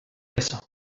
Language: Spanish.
eso